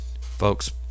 Folks